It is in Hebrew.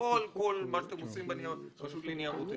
לא על כל מה שאתם עושים ברשות לניירות ערך.